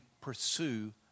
pursue